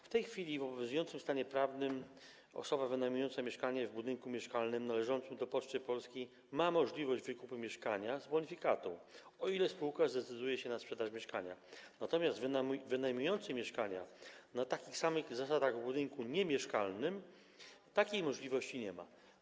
W tej chwili w obowiązującym stanie prawnym osoba wynajmująca mieszkanie w budynku mieszkalnym należącym do Poczty Polskiej ma możliwość wykupu mieszkania z bonifikatą, o ile spółka zdecyduje się na sprzedaż mieszkania, natomiast wynajmujący mieszkanie na takich samych zasadach w budynku niemieszkalnym takiej możliwości nie ma.